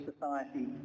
society